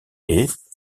est